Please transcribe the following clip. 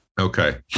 Okay